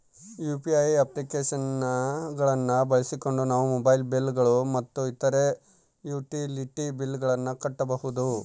UPI application ಗಳನ್ನ ಬಳಸಿಕೊಂಡು ನಾವು ಮೊಬೈಲ್ ಬಿಲ್ ಗಳು ಮತ್ತು ಇತರ ಯುಟಿಲಿಟಿ ಬಿಲ್ ಗಳನ್ನ ಕಟ್ಟಬಹುದು